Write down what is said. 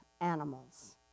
animals